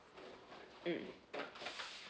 mm